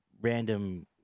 random